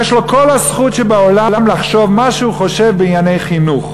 יש לו כל הזכות שבעולם לחשוב מה שהוא חושב בענייני חינוך,